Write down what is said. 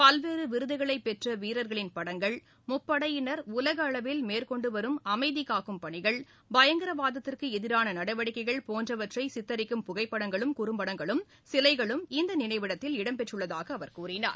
பல்வேறு விருதுகளை பெற்ற வீரர்களின் படங்கள் முப்படையினர் உலக அளவில் மேற்கொண்டு வரும் அமைதி காக்கும் பணிகள் பயங்கரவாதத்திற்கு எதிரான நடவடிக்கைகள் போன்றவற்றை சித்தரிக்கும் புகைப்படங்களும் குறுப்படங்களும் சிலைகளும் இந்த நினைவிடத்தில் இடம்பெற்றுள்ளதாக அவர் கூறினார்